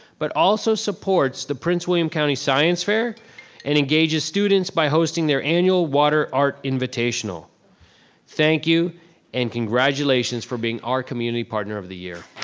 but also supports the prince william county science fair and engages students by hosting their annual water art invitation. ah thank you and congratulations for being our community partner of the year.